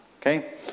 Okay